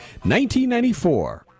1994